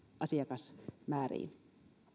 asiakasmääriin